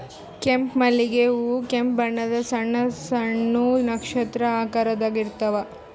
ಕೆಂಪ್ ಮಲ್ಲಿಗ್ ಹೂವಾ ಕೆಂಪ್ ಬಣ್ಣದ್ ಸಣ್ಣ್ ಸಣ್ಣು ನಕ್ಷತ್ರ ಆಕಾರದಾಗ್ ಇರ್ತವ್